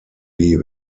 die